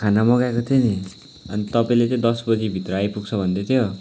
खाना मगाएको थिएँ नि अनि तपाईँले चाहिँ दस बजीभित्र आइपुग्छ भन्दै थियो